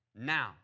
now